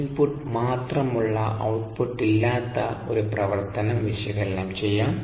input മാത്രമുള്ള ഔട്പൂട്ടില്ലാത്ത ഈ പ്രവർത്തനം വിശകലനം ചെയ്യാം